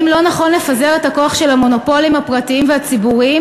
האם לא נכון לפזר את הכוח של המונופולים הפרטיים והציבוריים